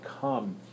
come